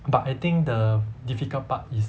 but I think the difficult part is